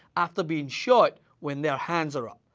after being shot, when their hands are up.